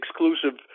exclusive